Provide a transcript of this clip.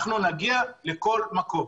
אנחנו נגיע לכל מקום.